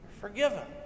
Forgiven